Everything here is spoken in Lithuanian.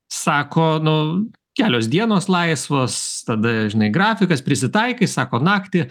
sako nu kelios dienos laisvos tada žinai grafikas prisitaikai sako naktį